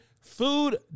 food